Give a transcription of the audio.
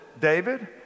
David